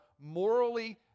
morally